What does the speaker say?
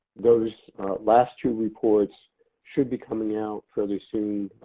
those last two reports should be coming out fairly soon,